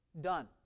done